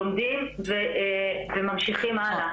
לומדים וממשיכים הלאה.